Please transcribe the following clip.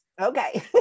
Okay